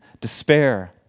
despair